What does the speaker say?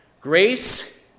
Grace